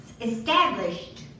established